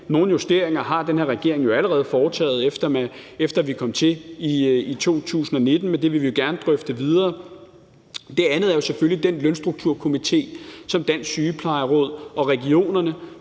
Nogle justeringer har den her regering jo allerede foretaget, efter vi kom til i 2019, men det vil vi gerne drøfte videre. Det andet er selvfølgelig den lønstrukturkomité, som Dansk Sygeplejeråd og regionerne